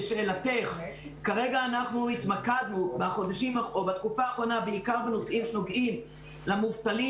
כרגע התמקדנו בתקופה האחרונה בעיקר בנושאים שנוגעים למובטלים